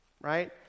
right